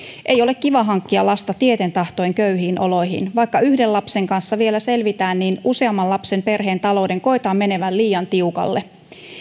ei ole kiva hankkia lasta tieten tahtoen köyhiin oloihin vaikka yhden lapsen kanssa vielä selvitään niin useamman lapsen perheen talouden koetaan menevän liian tiukalle